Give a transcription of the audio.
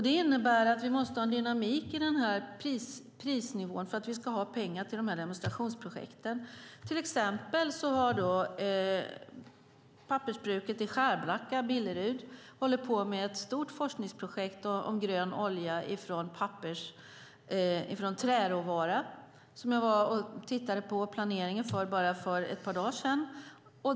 Det innebär att vi måste ha en dynamik i prisnivån för att vi ska ha pengar till demonstrationsprojekten. Till exempel håller pappersbruket Billerud i Skärblacka på med ett stort forskningsprojekt om grön olja från träråvara som jag var och tittade på planeringen inför bara för ett par dagar sedan.